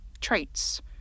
traits